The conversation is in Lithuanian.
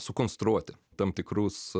sukonstruoti tam tikrus